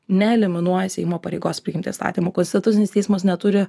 neeliminuoja seimo pareigos priimt įstatymų konstitucinis teismas neturi